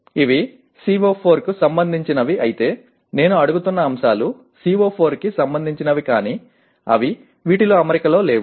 ఇవి CO4 కి సంబంధించినవి అయితే నేను అడుగుతున్న అంశాలు CO4 కి సంబంధించినవి కానీ అవి వీటితో అమరికలో లేవు